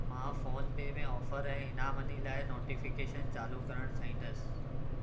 मां PhonePe में offer ऐं इनामनि लाइ नोटिफिकेशन चालू करणु चाहींदसि